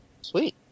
sweet